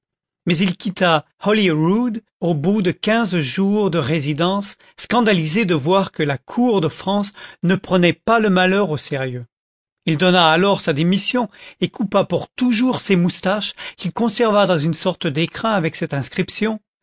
mais il quitta holy rood au bout de quinze jours de résidence scandalisé de voir que la cour de france ne prenait pas le malheur au sérieux il donna alors sa démission et coupa pour toujours ses moustaches qu'il conserva dans une sorte d'écrin avec cette inscription